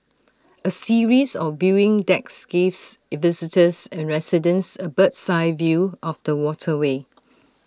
A series of viewing decks gives visitors and residents A bird's eye view of the waterway